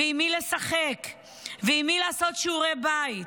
עם מי לשחק ועם מי לעשות שיעורי בית,